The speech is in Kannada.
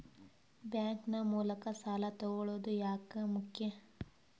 ಬ್ಯಾಂಕ್ ನ ಮೂಲಕ ಸಾಲ ತಗೊಳ್ಳೋದು ಯಾಕ ಮುಖ್ಯ?